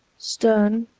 stern,